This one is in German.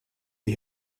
die